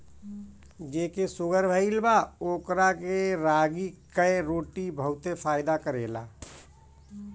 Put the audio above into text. जेके शुगर भईल बा ओकरा के रागी कअ रोटी बहुते फायदा करेला